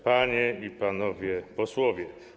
Panie i Panowie Posłowie!